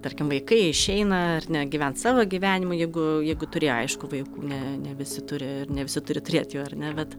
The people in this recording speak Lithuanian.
tarkim vaikai išeina ar ne gyvent savo gyvenimą jeigu jeigu turėjo aišku vaikų ne ne visi turi ir ne visi turi turėt jų ar ne bet